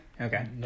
Okay